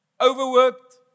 overworked